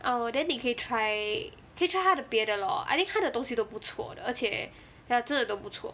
orh then 你可以 try 可以 try 它的别的 lor I think 它的东西都不错的而且真的都不错